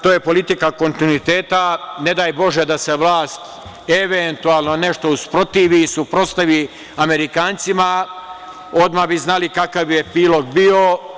To je politika kontinuiteta, ne daj bože da se vlast eventualno nešto usprotivi i suprotstavi Amerikancima, odmah bi znali kakav je pilot bio.